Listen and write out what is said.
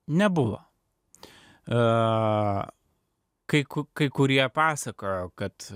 nebuvo kai kai kurie pasakojo kad